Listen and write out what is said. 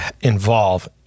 involve